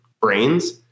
brains